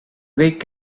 kõik